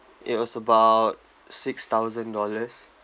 it was about six thousand dollars